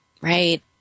right